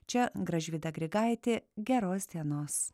čia gražvyda grigaitė geros dienos